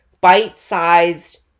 bite-sized